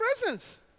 presence